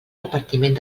repartiment